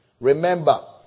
Remember